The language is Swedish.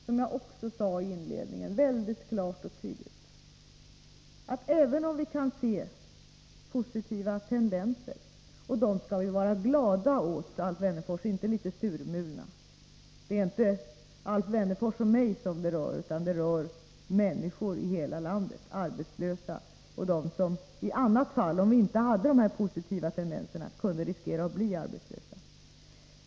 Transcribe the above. Som jag sade klart och tydligt i mitt inledningsanförande kan vi visserligen se positiva tendenser — och dem skall vi vara glada åt, Alf Wennerfors, och inte se litet surmulet på. Det är inte Alf Wennerfors och mig som det gäller utan människor i hela landet, arbetslösa och sådana som om vi inte hade dessa tendenser kunde riskera att bli arbetslösa.